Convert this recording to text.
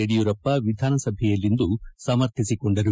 ಯಡಿಯೂರಪ್ಪ ವಿಧಾನಸಭೆಯಲ್ಲಿಂದು ಸಮರ್ಥಿಸಿಕೊಂಡರು